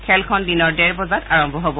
খেলখন দিনৰ ডেৰ বজাত আৰম্ভ হ'ব